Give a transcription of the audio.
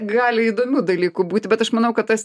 gali įdomių dalykų būti bet aš manau kad tas